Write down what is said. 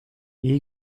i̇yi